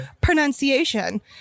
pronunciation